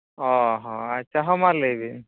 ᱚ ᱦᱚᱸ ᱟᱪᱪᱷᱟ ᱢᱟ ᱞᱟᱹᱭ ᱵᱤᱱ